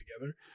together